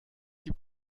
gibt